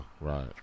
right